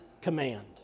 command